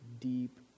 deep